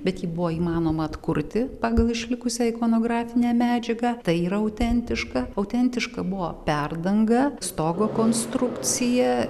bet jį buvo įmanoma atkurti pagal išlikusią ikonografinę medžiagą tai yra autentiška autentiška buvo perdanga stogo konstrukcija